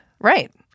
Right